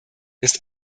ist